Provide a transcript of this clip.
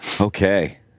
okay